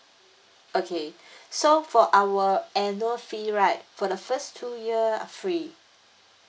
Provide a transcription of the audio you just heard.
okay so for our annual fee right for the first two year free